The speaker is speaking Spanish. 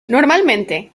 normalmente